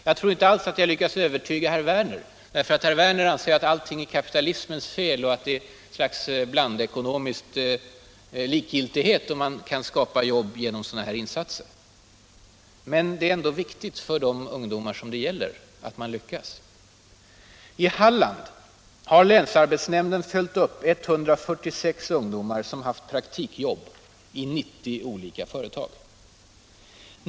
Jag tror inte alls att jag lyckas övertyga herr Werner för han anser att allting är kapitalismens fel och att det är ett slags blandekonomisk likgiltighet om man kan skapa jobb genom sådana här insatser. Men det är ändå viktigt för de ungdomar som det gäller att man lyckas. I Halland har länsarbetsnämnden följt upp 146 ungdomar som haft praktikjobb i 90 olika företag.